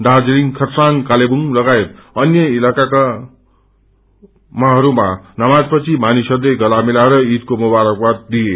दार्जीलिङ खरसाङ कालेवुङ लगायत अन्य इत्काहरूमा नमाजपछि मानिसहरूले गला मिलाएर ईदको मुबारकबाद दिए